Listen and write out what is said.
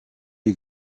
you